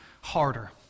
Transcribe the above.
harder